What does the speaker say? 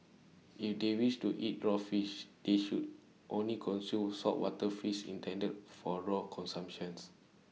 if they wish to eat raw fish they should only consume saltwater fish intended for raw consumptions